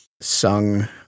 sung